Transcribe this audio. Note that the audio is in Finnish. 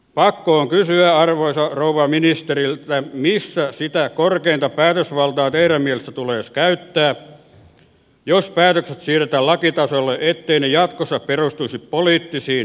pakko on kysyä arvoisa rouva ministeri missä sitä korkeinta päätösvaltaa teidän mielestänne tulisi käyttää jos päätökset siirretään lakitasolle etteivät ne jatkossa perustuisi poliittisiin päätöksiin